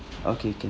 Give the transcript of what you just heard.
okay can